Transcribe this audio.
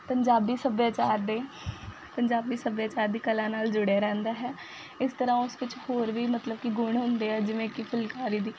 ਪੰਜਾਬੀ ਸੱਭਿਆਚਾਰ ਦੇ ਪੰਜਾਬੀ ਸੱਭਿਆਚਾਰ ਦੀ ਕਲਾ ਨਾਲ ਜੁੜੇ ਰਹਿੰਦਾ ਹੈ ਇਸ ਤਰ੍ਹਾਂ ਉਸ ਵਿੱਚ ਹੋਰ ਵੀ ਮਤਲਬ ਕਿ ਗੁਣ ਹੁੰਦੇ ਆ ਜਿਵੇਂ ਕਿ ਫੁਲਕਾਰੀ ਦੀ